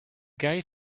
guy